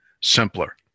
simpler